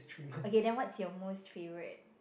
okay then what's your most favorite